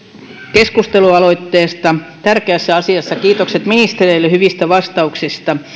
keskustelualoitteesta tärkeässä asiassa kiitokset ministereille hyvistä vastauksista